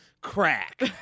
crack